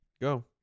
Go